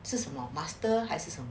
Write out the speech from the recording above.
是什么 master 还是什么